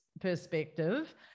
perspective